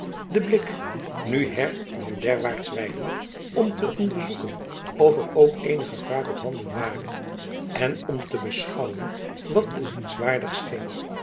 den blik nu her dan derwaarts weiden om te onderzoeken of er ook eenig gevaar ophanden ware en om te beschouwen wat bezienswaardig